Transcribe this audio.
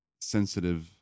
sensitive